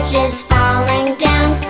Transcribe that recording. is falling down